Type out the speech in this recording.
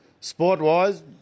sport-wise